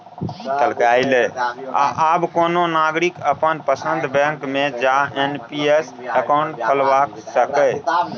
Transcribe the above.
आब कोनो नागरिक अपन पसंदक बैंक मे जा एन.पी.एस अकाउंट खोलबा सकैए